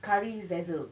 curry zazzle